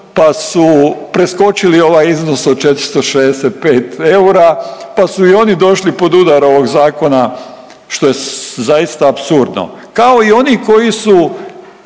pa su preskočili ovaj iznos od 465 eura pa su i oni došli pod udar ovog Zakona, što je zaista apsurdno, kao i oni koji su